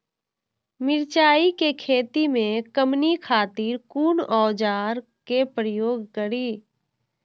मिरचाई के खेती में कमनी खातिर कुन औजार के प्रयोग करी?